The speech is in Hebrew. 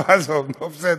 לא, עזוב, בסדר,